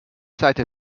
seite